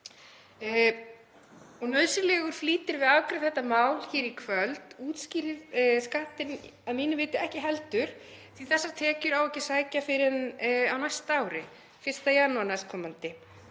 Nauðsynlegur flýtir við að afgreiða þetta mál hér í kvöld útskýrir skattinn að mínu viti ekki heldur því að þessar tekjur á ekki sækja fyrr en á næsta ári, 1. janúar næstkomandi.